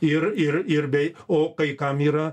ir ir ir bei o kai kam yra